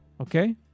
okay